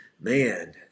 man